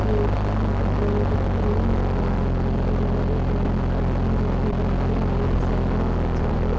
treatment hair cream ప్రొడక్టుల delivery time కంటే రెండు గంటలు ఆలస్యంగా వచ్చారు